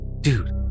dude